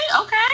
okay